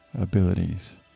abilities